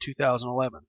2011